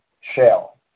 shell